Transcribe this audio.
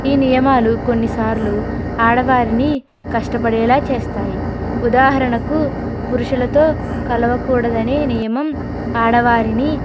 ఈ నియమాలు కొన్నిసార్లు ఆడవారిని కష్టపడేలా చేస్తాయ్ ఉదాహరణకు పురుషులతో కలవకూడదనే నియమం ఆడవారిని